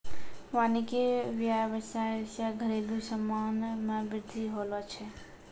वानिकी व्याबसाय से घरेलु समान मे बृद्धि होलो छै